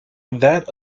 that